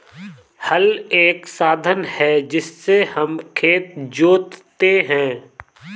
हल एक साधन है जिससे हम खेत जोतते है